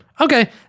Okay